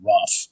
rough